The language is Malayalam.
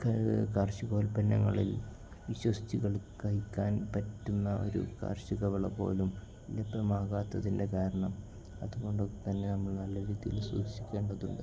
കാർഷികോൽപ്പന്നങ്ങളിൽ വിശ്വസച്ചു കഴിക്കാൻ പറ്റുന്ന ഒരു കാർഷികവിള പോലും ലഭ്യമാകാത്തതിൻ്റെ കാരണം അതുകൊണ്ടൊക്കെത്തന്നെ നമ്മൾ നല്ല രീതിയിൽ സൂക്ഷിക്കേണ്ടതുണ്ട്